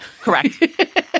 Correct